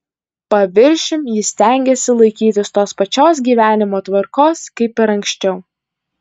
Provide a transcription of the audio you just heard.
paviršium jis stengėsi laikytis tos pačios gyvenimo tvarkos kaip ir anksčiau